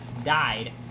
died